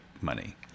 money